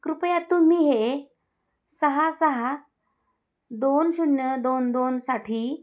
कृपया तुम्ही हे सहा सहा दोन शून्य दोन दोनसाठी